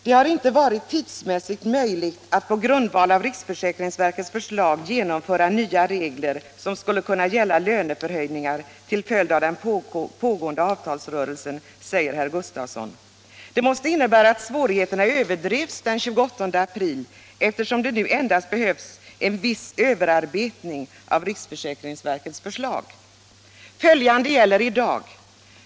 Det har inte varit tidsmässigt möjligt att på grundval av riksförsäkringsverkets förslag genomföra nya regler som skulle kunna gälla löneförhöjningar till följd av den pågående avtalsrörelsen, säger herr Gustavsson i svaret. Detta måste innebära att svårigheterna överdrevs den 28 april, eftersom det nu endast behövs en viss överarbetning av riksförsäkringsverkets förslag. Följande gäller i dag.